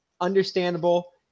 understandable